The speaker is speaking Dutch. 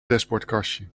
dashboardkastje